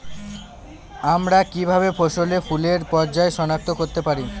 আমরা কিভাবে ফসলে ফুলের পর্যায় সনাক্ত করতে পারি?